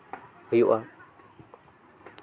ᱦᱩᱭᱩᱜᱼᱟ